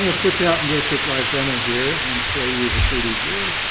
and switch out and do a quick live demo here and show you the three d viewer.